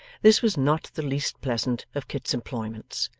this was not the least pleasant of kit's employments.